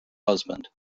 husband